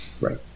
Right